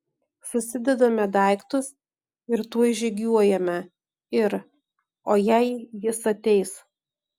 susidedame daiktus ir tuoj žygiuojame ir o jei jis ateis